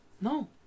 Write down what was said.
No